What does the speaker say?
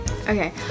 Okay